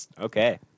Okay